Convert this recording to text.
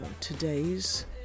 today's